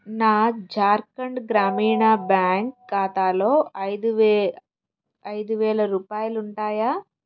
నా ఝార్ఖండ్ గ్రామీణ బ్యాంక్ ఖాతాలో ఐదువే ఐదు వేల రూపాయాలుంటాయా